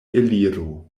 eliro